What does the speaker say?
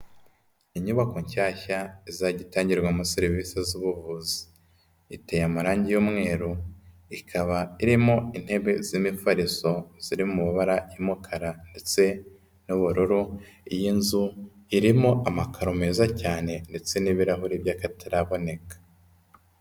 Inyubako nshyashya izajya itangirwamo serivisi z'ubuvuzi. Iteye amarangi y'umweru, ikaba irimo intebe z'imifariso ziri mu mabara y'umukara ndetse n'ubururu, iyi nzu irimo amakaro meza cyane ndetse n'ibirahuri by'akataraboneka.